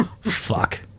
Fuck